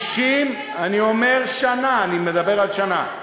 אני אומר שנה, אני מדבר על שנה.